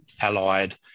allied